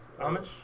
Amish